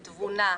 בתבונה,